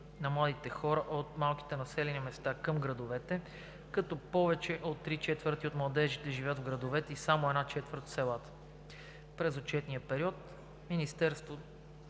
на младите хора от малките населени места към градовете, като повече от три четвърти от младежите живеят в градовете и само една четвърт в селата. През отчетния период Министерството